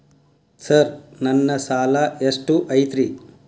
Sir ನನ್ನ ಸಾಲಾ ಎಷ್ಟು ಐತ್ರಿ?